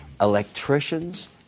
electricians